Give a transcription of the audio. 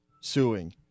suing